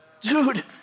Dude